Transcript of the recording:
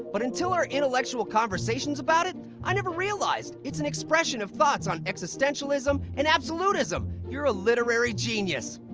but until our intellectual conversations about it, i never realized, it's an expression of thoughts on existentialism, and absolutism. you're a literary genius.